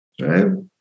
right